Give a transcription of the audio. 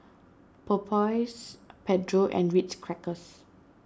Popeyes Pedro and Ritz Crackers